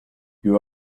you